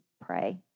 pray